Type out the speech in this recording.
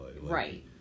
Right